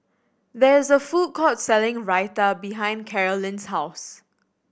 there is a food court selling Raita behind Carolyn's house